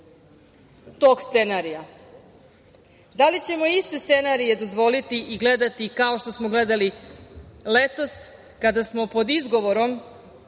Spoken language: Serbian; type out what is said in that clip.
tog scenarija? Da li ćemo iste scenarije dozvoliti i gledati kao što smo gledali letos, kada smo pod izgovorom